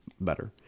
better